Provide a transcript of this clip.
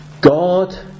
God